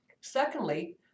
Secondly